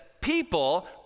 people